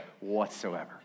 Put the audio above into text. whatsoever